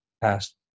past